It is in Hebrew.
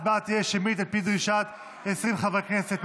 ההצבעה תהיה שמית, על פי דרישת 20 חברי כנסת.